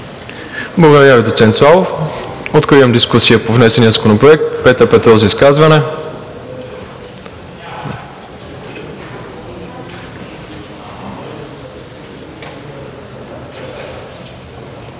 Благодаря Ви, доцент Славов. Откривам дискусия по внесения законопроект. Петър Петров – за изказване.